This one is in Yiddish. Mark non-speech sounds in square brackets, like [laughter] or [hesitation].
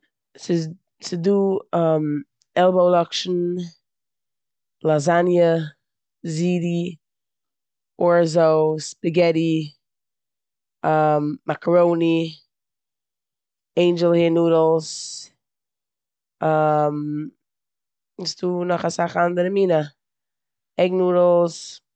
[noise] ס'איז- ס'דא [hesitation] עלבאו לאקשן, לאזאגנע, זיטי, ארזא, ספאגעטטי, [hesitation] מאקאראני, ענדשעל העיר נודלס, [hesitation] ס'דא נאך אסאך אנדערע מינע, עג נודלס.